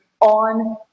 on